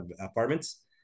apartments